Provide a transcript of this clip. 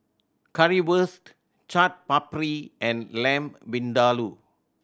Currywurst Chaat Papri and Lamb Vindaloo